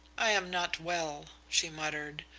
i am not well, she muttered.